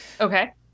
Okay